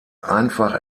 einfach